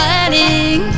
Planning